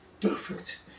perfect